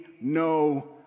no